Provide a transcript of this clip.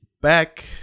back